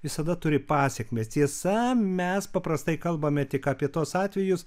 visada turi pasekmes tiesa mes paprastai kalbame tik apie tuos atvejus